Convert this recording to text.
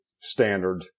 standard